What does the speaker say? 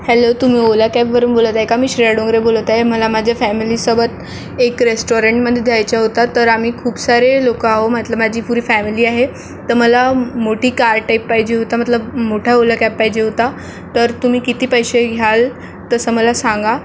hello तुम्ही Ola cab वरुन बोलत आहे का मी श्रेया डोंगरे बोलत आहे मला माझ्या फॅमिलीसोबत एक रेस्टॉरंटमध्ये जायचं होतं तर आम्ही खूप सारे लोकं आहोत मतलब माझी पुरी फॅमिली आहे तर मला मोठी कार टैप पाहिजे होता मतलब मोठा ओला कॅब पाहिजे होता तर तुम्ही किती पैसे घ्याल तसं मला सांगा